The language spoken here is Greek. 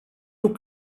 του